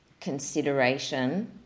consideration